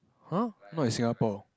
!huh! not in Singapore